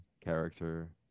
character